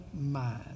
mind